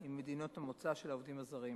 עם מדינות המוצא של העובדים הזרים.